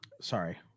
sorry